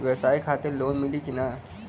ब्यवसाय खातिर लोन मिली कि ना?